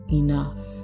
enough